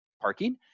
parking